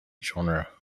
genre